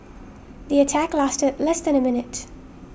the attack lasted less than a minute